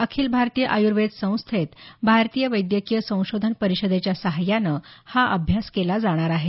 अखिल भारतीय आयूर्वेद संस्थेत भारतीय वैद्यकीय संशोधन परिषदेच्या सहाय्यानं हा अभ्यास केला जाणार आहे